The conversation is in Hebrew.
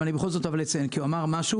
אני בכל זאת אציין כי הוא אמר משהו.